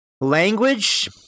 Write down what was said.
language